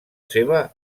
seva